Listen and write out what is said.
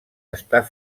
estar